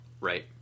Right